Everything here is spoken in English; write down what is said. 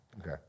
okay